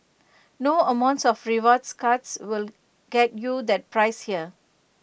no amount of rewards cards will get you that price here